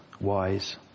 wise